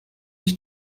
ich